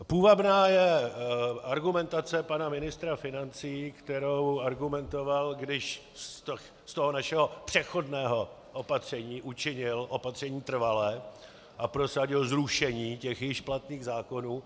Půvabná je argumentace pana ministra financí, kterou argumentoval, když z toho našeho přechodného opatření učinil opatření trvalé a prosadil zrušení těch již platných zákonů.